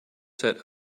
set